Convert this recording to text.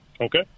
okay